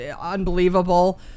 unbelievable